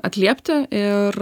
atliepti ir